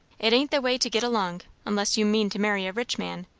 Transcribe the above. it ain't the way to get along, unless you mean to marry a rich man.